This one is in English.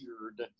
Weird